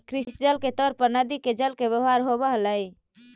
कृषि जल के तौर पर नदि के जल के व्यवहार होव हलई